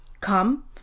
come